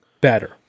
better